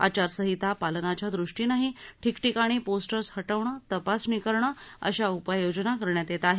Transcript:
आचारसंहिता पालनाच्या दृष्टीनंही ठिकठिकाणी पोस्टर्स हटवणे तपासणी करणे अशा उपाययोजना करण्यात येत आहेत